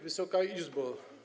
Wysoka Izbo!